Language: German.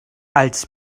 als